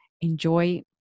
enjoy